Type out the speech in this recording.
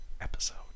episode